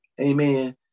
Amen